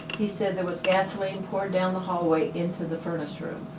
he said there was gasoline poured down the hallway into the furnace room.